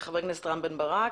חברי הכנסת רם בן ברק,